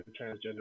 transgender